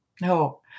No